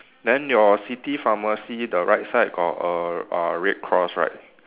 then your city pharmacy the right side got a uh red cross right